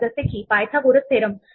म्हणून पुश म्हणजेच अपेंड आहे